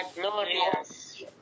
glorious